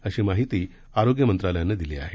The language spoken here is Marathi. अशी माहिती आरोग्य मंत्रालयानं दिली आहे